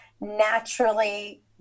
naturally